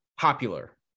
popular